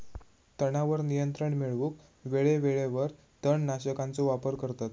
तणावर नियंत्रण मिळवूक वेळेवेळेवर तण नाशकांचो वापर करतत